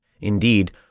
Indeed